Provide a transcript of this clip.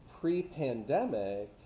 pre-pandemic